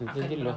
nanti dulu ah